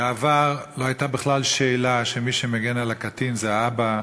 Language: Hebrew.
בעבר לא הייתה בכלל שאלה שמי שמגן על הקטין זה האבא,